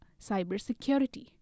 cybersecurity